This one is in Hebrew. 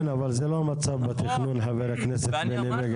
כן, אבל זה לא המצב בתכנון, חבר הכנסת בני בגין.